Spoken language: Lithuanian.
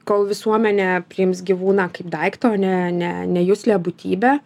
kol visuomenė priims gyvūną kaip daiktą o ne ne ne juslią būtybę